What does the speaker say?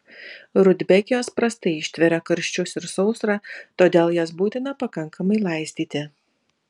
rudbekijos prastai ištveria karščius ir sausrą todėl jas būtina pakankamai laistyti